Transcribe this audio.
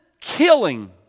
killing